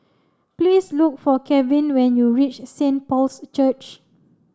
please look for Kevin when you reach Saint Paul's Church